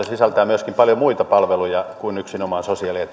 sisältää myöskin paljon muita palveluja kuin yksinomaan sosiaali ja